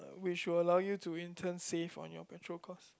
which will allow you to in turn save on your petrol cost